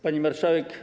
Pani Marszałek!